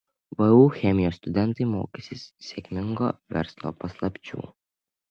vu chemijos studentai mokysis sėkmingo verslo paslapčių